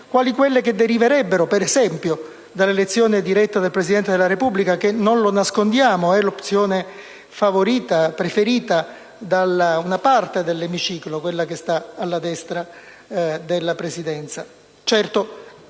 quali quelle che deriverebbero, per esempio, dall'elezione diretta del Presidente della Repubblica che (non lo nascondiamo) è l'opzione favorita, preferita da una parte dell'emiciclo, quella che sta alla destra della Presidenza.